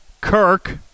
Kirk